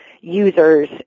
users